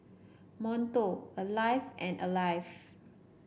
Monto Alive and Alive